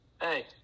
Hey